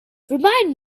remind